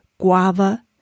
guava